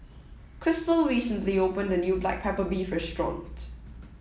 Crystal recently opened the new black pepper beef restaurant